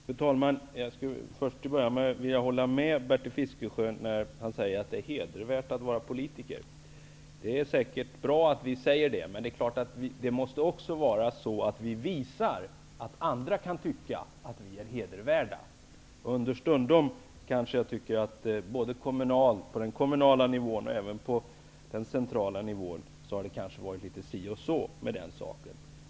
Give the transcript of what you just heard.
Fru talman! Först vill jag säga att jag håller med Bertil Fiskesjö om att det är hedervärt att vara politiker. Det är säkert bra att vi säger det. Men det måste också vara så, att vi visar att andra kan tycka att vi är hedervärda. Understundom tycker jag kanske att det både på den kommunala och på den centrala nivån har varit litet si och så med den saken.